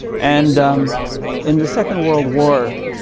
and in the second world war,